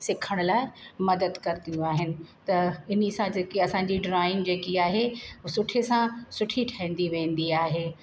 सिखण लाइ मदद करदियूं आहिनि त इन सां जेकी असांजी ड्रॉइंग जेकी आहे सुठे सां सुठी ठहींदी वेंदी आहे